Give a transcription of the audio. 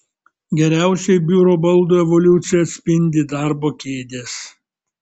geriausiai biuro baldų evoliuciją atspindi darbo kėdės